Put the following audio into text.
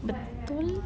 betul